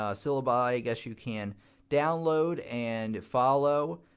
ah syllabi. i guess you can download and follow.